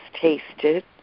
tasted